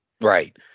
Right